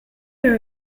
your